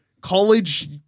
college